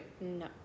No